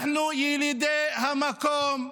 אנחנו ילידי המקום.